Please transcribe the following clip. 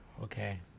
Okay